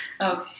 Okay